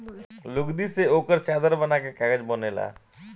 लुगदी से ओकर चादर बना के कागज बनेला